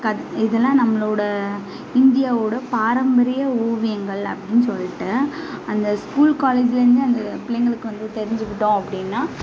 கத் இதெல்லாம் நம்மளோட இந்தியாவோட பாரம்பரிய ஓவியங்கள் அப்படின்னு சொல்லிட்டு அந்த ஸ்கூல் காலேஜுலேருந்து அந்த பிள்ளைங்களுக்கு வந்து தெரிஞ்சுக்கிட்டோம் அப்படின்னா